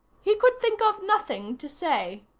he could think of nothing to say.